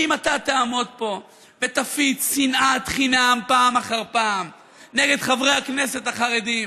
שאם אתה תעמוד פה ותפיץ שנאת חינם פעם אחר פעם נגד חברי הכנסת החרדים,